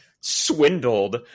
Swindled